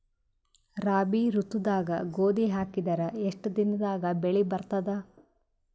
ರಾಬಿ ಋತುದಾಗ ಗೋಧಿ ಹಾಕಿದರ ಎಷ್ಟ ದಿನದಾಗ ಬೆಳಿ ಬರತದ?